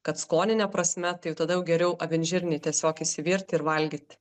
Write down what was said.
kad skonine prasme tai tada jau geriau avinžirnį tiesiog išsivirti ir valgyti